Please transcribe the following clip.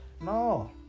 no